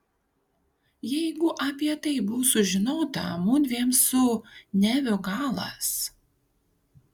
jeigu apie tai bus sužinota mudviem su neviu galas